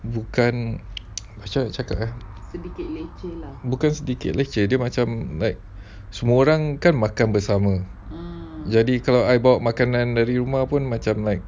bukan macam mana nak cakap bukan sedikit leceh dia macam like semua orang kan makan bersama jadi kalau I bawa makanan pun macam like